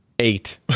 eight